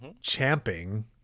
Champing